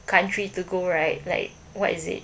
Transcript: country to go right like what is it